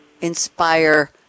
inspire